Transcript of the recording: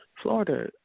Florida